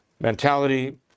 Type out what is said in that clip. mentality